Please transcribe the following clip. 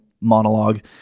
monologue